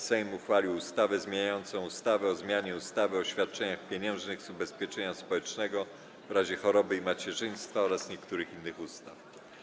Sejm uchwalił ustawę zmieniającą ustawę o zmianie ustawy o świadczeniach pieniężnych z ubezpieczenia społecznego w razie choroby i macierzyństwa oraz niektórych innych ustaw.